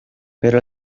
pero